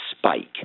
spike